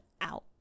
out